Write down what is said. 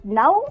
now